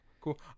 cool